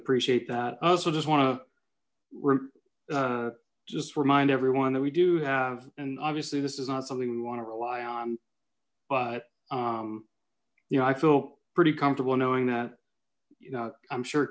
appreciate that oh so just want to just remind everyone that we do have and obviously this is not something we want to rely on but you know i feel pretty comfortable knowing that you know i'm sure